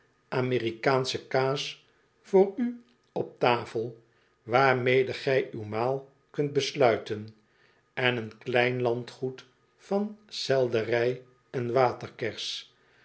amerikaansche kaas voor u op tafel waarmede gij uw maal kunt besluiten en een klein landgoed van selderij en waterkers